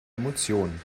emotion